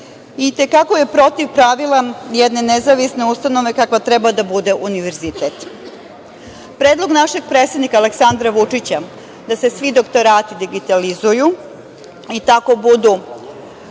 I te kako je protivpravilan jedne nezavisne ustanove kakva treba da bude univerzitet. Predlog našeg predsednika, Aleksandra Vučića, da se svi doktorati digitalizuju i tako budu